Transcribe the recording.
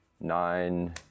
nine